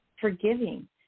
forgiving